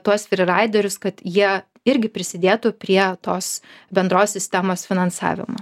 tuos friraiderius kad jie irgi prisidėtų prie tos bendros sistemos finansavimo